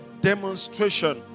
demonstration